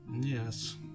Yes